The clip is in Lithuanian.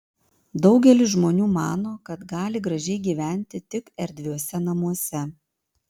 daugelis žmonių mano kad gali gražiai gyventi tik erdviuose namuose